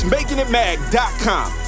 MakingItMag.com